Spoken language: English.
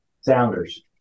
Sounders